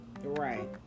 Right